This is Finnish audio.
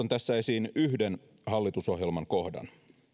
tässä esiin yhden hallitusohjelman kohdan